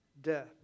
death